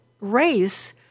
race